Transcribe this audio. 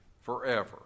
forever